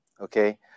okay